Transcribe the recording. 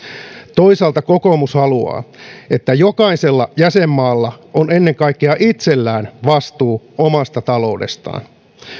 toisaalta kokoomus haluaa että jokaisella jäsenmaalla on ennen kaikkea itsellään vastuu omasta taloudestaan